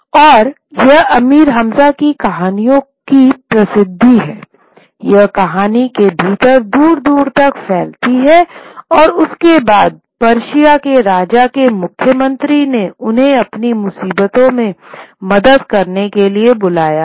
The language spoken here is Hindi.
और यह अमीर हमजा की कहानियों की प्रसिद्धि है यह कहानी के भीतर दूर दूर तक फैलती है और उसके बाद पर्शिया के राजा के मुख्यमंत्री ने उन्हें अपनी मुसीबतों में मदद करने के लिए बुलाया है